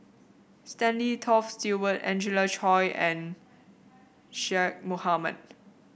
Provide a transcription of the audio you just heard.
Stanley Toft Stewart Angelina Choy and Zaqy Mohamad